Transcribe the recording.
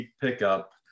pickup